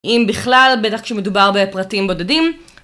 אם בכלל, בטח כשמדובר בפרטים בודדים.